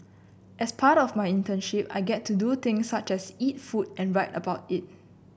as part of my internship I get to do things such as eat food and write about it